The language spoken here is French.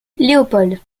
léopold